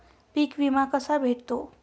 पीक विमा कसा भेटतो?